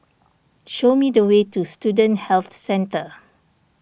show me the way to Student Health Centre